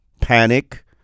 panic